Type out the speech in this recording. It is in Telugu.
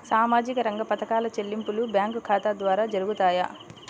సామాజిక రంగ పథకాల చెల్లింపులు బ్యాంకు ఖాతా ద్వార జరుగుతాయా?